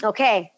Okay